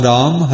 Ram